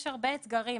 יש הרבה אתגרים,